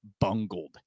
bungled